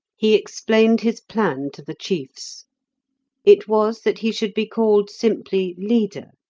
he explained his plan to the chiefs it was that he should be called simply leader,